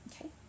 Okay